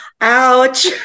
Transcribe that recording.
Ouch